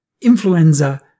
influenza